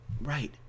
right